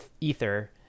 Ether